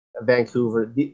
Vancouver